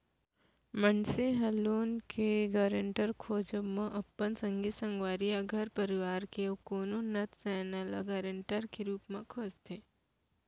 मनसे ह लोन के गारेंटर खोजब म अपन संगी संगवारी या घर परवार के अउ कोनो नत सैना ल गारंटर के रुप म खोजथे